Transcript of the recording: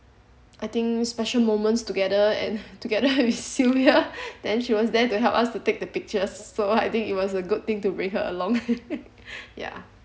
I think special moments together and together with sylvia then she was there to help us to take the pictures so I think it was a good thing to bring her along ya